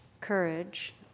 courage